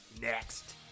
next